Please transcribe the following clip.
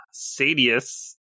Sadius